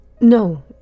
No